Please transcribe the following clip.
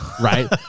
Right